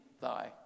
thy